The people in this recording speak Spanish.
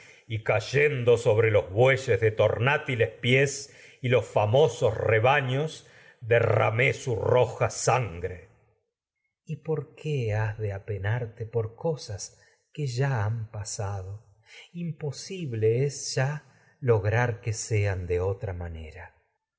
criminales cayendo sobre los bueyes de mé su tornátiles pies y los famosos rebaños derra roja sangre por tecmesa y ya qué has de apenarte es ya por cosas que han pasado imposible lograr que sean de otra manera